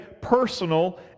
personal